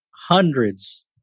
hundreds